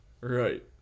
right